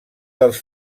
dels